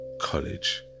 college